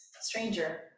stranger